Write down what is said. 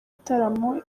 bitaramo